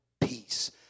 peace